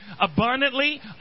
abundantly